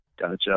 Gotcha